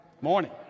Morning